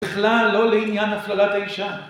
בכלל לא לעניין הכללת האישה.